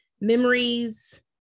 memories